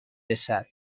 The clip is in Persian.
رسد